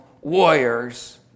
warriors